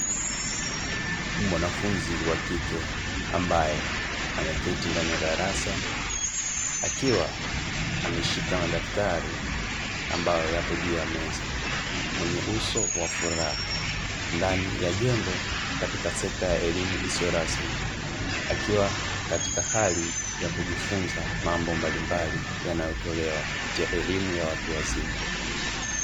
Mwanafunzi wa kike ambaye ameketi ndani ya darasa akiwa ameshika madaftari ambayo yapo juu ya meza mwenye uso wa furaha ndani ya jengo katika sekta ya elimu isiyo rasmi, akiwa katika hali ya kujifunza mambo mbalimbali yanayotolewa kupitia elimu ya watu wazima.